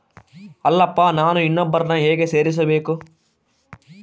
ಅಲ್ಲಪ್ಪ ನಾನು ಇನ್ನೂ ಒಬ್ಬರನ್ನ ಹೇಗೆ ಸೇರಿಸಬೇಕು?